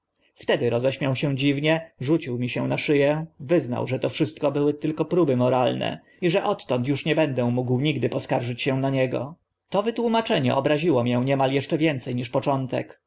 wtedy roześmiał się dziwnie rzucił mi się na szy ę wyznał że to wszystko były próby moralne i że odtąd uż nie będę mógł nigdy poskarżyć się na niego to wytłumaczenie obraziło mię niemal eszcze więce niż początek